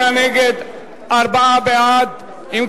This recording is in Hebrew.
68 נגד, ארבעה בעד, נמנע אחד.